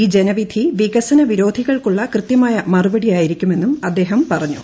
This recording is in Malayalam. ഈ ജനവിധി വികസന വിരോധികൾക്കുള്ള കൃത്യമായ മറുപടി ആയിരിക്കുമെന്നും അദ്ദേഹം പറഞ്ഞു